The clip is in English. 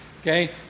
okay